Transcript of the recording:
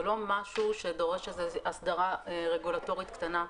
זה לא משהו שדורש אסדרה רגולטורית קטנה,